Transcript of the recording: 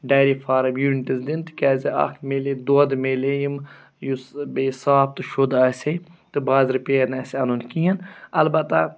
diary farm units دِنہٕ تِکیٛازِ اَکھ مِلہِ دۄد مِ لہِ ہے یِم یُس بیٚیہِ صاف تہٕ شُد آسہِ ہے تہٕ بازرٕ پیٚیہِ ہا نہٕ اَسہِ اَنُن کِہیٖنۍ البتہ